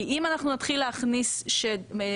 כי אם אנחנו נתחיל להכניס שהקרן,